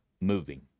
moving